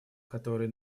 которые